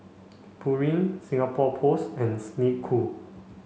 Pureen Singapore Post and Snek Ku